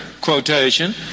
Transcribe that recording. quotation